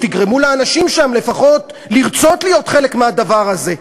תגרמו לאנשים שם לפחות לרצות להיות חלק מהדבר הזה.